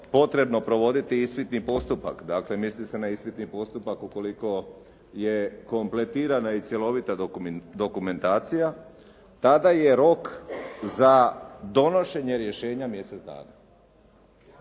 potrebno provoditi ispitni postupak dakle misli se na ispitni postupak ukoliko je kompletirana i cjelovita dokumentacija tada je rok za donošenje rješenja mjesec dana.